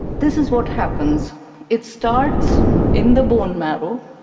this is what happens it starts in the bone marrow,